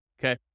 Okay